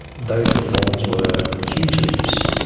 those reforms were huge leaps.